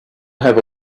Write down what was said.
have